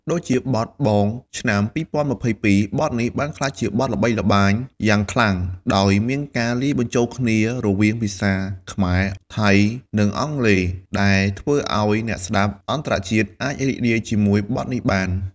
ដូចជា បទ BONG ឆ្នាំ២០២២ បទនេះបានក្លាយជាបទល្បីល្បាញយ៉ាងខ្លាំង ដោយមានការលាយបញ្ចូលគ្នារវាងភាសាខ្មែរ ថៃ និងអង់គ្លេស ដែលធ្វើឱ្យអ្នកស្ដាប់អន្តរជាតិអាចរីករាយជាមួយបទនេះបាន។